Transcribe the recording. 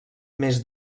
més